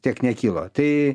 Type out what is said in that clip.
tiek nekilo tai